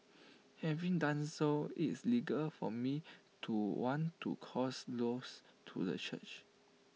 having done so IT is legal for me to want to cause loss to the church